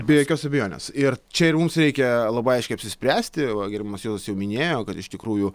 be jokios abejonės ir čia ir mums reikia labai aiškiai apsispręsti va gerbiamas juozas jau minėjo kad iš tikrųjų